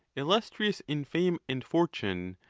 illustrious in fame and fortune,